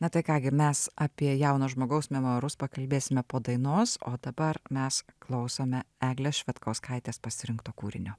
na tai ką gi mes apie jauno žmogaus memuarus pakalbėsime po dainos o dabar mes klausome eglės švedkauskaitės pasirinkto kūrinio